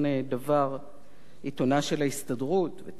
עיתונה של ההסתדרות ותנועת העבודה,